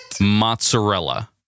mozzarella